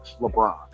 LeBron